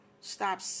stop